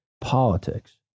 politics